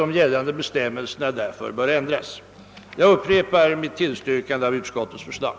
De gällande bestämmelserna bör därför ändras. Herr talman! Jag upprepar mitt tillstyrkande av utskottets förslag.